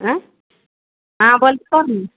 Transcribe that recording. ऐ अहाँ बोलियौ ने